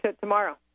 tomorrow